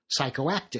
psychoactive